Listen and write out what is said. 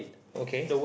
okay